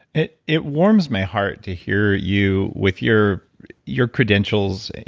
it it warms my heart to hear you with your your credentials,